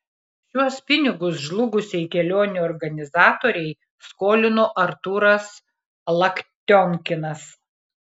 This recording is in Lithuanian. šiuos pinigus žlugusiai kelionių organizatorei skolino artūras laktionkinas